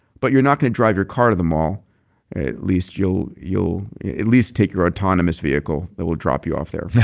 but you're not going to drive your car to the mall at least, you'll you'll at least take your autonomous vehicle that will drop you off there